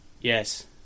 Yes